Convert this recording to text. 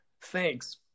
thanks